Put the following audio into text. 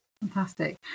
Fantastic